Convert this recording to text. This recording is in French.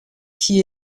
qui